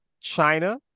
China